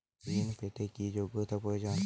ঋণ পেতে কি যোগ্যতা প্রয়োজন?